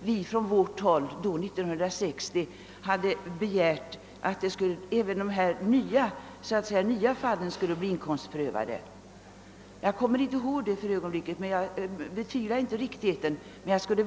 vi från vårt håll 1960 hade begärt att även de »nya» fallen skulle bli inkomstprövade. Jag kommer inte ihåg det för ögonblicket, men jag betvivlar inte riktigheten av fröken Sandells påstående.